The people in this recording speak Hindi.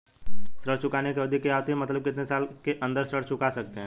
ऋण चुकाने की अवधि क्या होती है मतलब कितने साल के अंदर ऋण चुका सकते हैं?